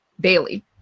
daily